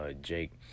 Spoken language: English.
jake